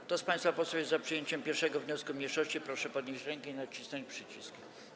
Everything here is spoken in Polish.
Kto z państwa posłów jest za przyjęciem 1. wniosku mniejszości, proszę podnieść rękę i nacisnąć przycisk.